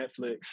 Netflix